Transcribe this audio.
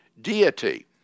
Deity